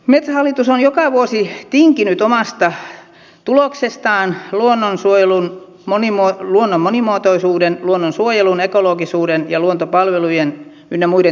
metsähallitus on joka vuosi tinkinyt omasta tuloksestaan luonnonsuojelun luonnon monimuotoisuuden luonnonsuojelun ekologisuuden ja luontopalvelujen ynnä muiden turvaamiseksi